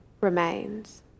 remains